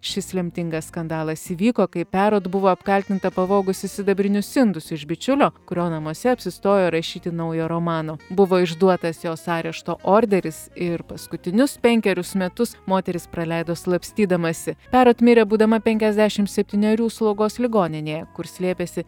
šis lemtingas skandalas įvyko kai perot buvo apkaltinta pavogusi sidabrinius indus iš bičiulio kurio namuose apsistojo rašyti naujo romano buvo išduotas jos arešto orderis ir paskutinius penkerius metus moteris praleido slapstydamasi perot mirė būdama penkiasdešimt septynerių slaugos ligoninėje kur slėpėsi